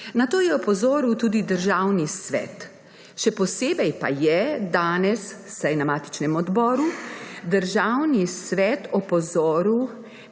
Na to je opozoril tudi Državni svet. Še posebej pa je danes na matičnem odboru Državni svet opozoril